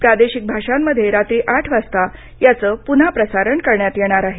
प्रादेशिक भाषांमध्ये रात्री आठ वाजता याचं पुन्हा प्रसारण करण्यात येणार आहे